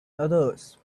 others